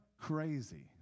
crazy